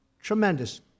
tremendous